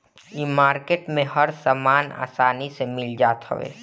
इ मार्किट में हर सामान आसानी से मिल जात हवे